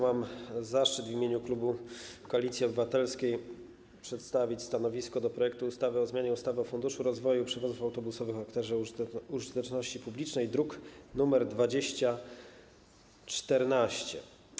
Mam zaszczyt w imieniu klubu Koalicji Obywatelskiej przedstawić stanowisko w sprawie projektu ustawy o zmianie ustawy o Funduszu rozwoju przewozów autobusowych o charakterze użyteczności publicznej, druk nr 2014.